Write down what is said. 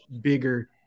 bigger